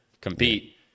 compete